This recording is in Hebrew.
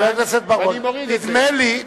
ואני מורידה את זה.